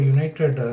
United